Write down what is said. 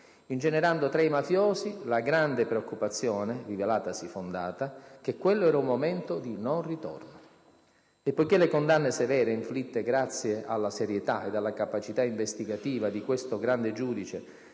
ingenerando tra i mafiosi la grande preoccupazione, rivelatasi fondata, che quello era un momento di non ritorno. E poi le condanne severe, inflitte grazie alla serietà ed alla capacità investigativa di questo grande giudice,